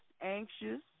anxious